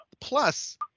Plus